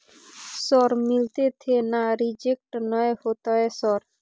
Sir मिलते थे ना रिजेक्ट नय होतय सर?